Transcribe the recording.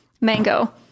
Mango